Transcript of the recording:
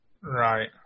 Right